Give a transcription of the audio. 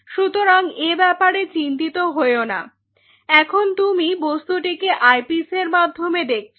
সুতরাং এ ব্যাপারে চিন্তিত হয়ো না এখন তুমি বস্তুটিকে আইপিসের মাধ্যমে দেখছো